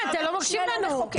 לכן אפשר לתת עוד סמכויות לוועדה שלו.